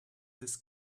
this